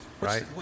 Right